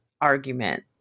argument